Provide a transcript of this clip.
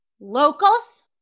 locals